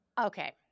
okay